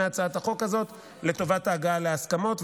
הצעת החוק הזאת לטובת ההגעה להסכמות,